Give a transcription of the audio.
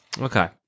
Okay